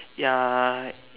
ya